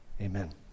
amen